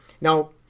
Now